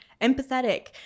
empathetic